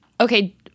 okay